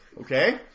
Okay